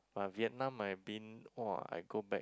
but Vietnam I've been !wow! I go back